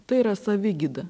tai yra savigyda